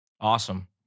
Awesome